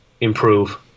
improve